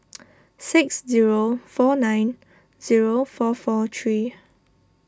six zero four nine zero four four three